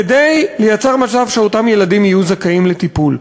כדי לייצר מצב שאותם ילדים יהיו זכאים לטיפול.